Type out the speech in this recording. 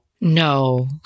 no